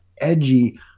edgy